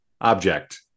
object